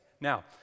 Now